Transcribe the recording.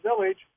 village